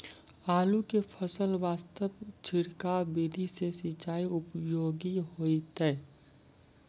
आलू के फसल वास्ते छिड़काव विधि से सिंचाई उपयोगी होइतै?